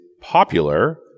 popular